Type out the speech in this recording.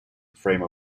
frame